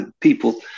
People